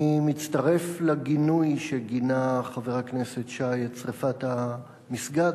אני מצטרף לגינוי שגינה חבר הכנסת שי את שרפת המסגד,